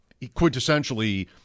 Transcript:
Quintessentially